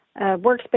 workspace